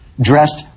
dressed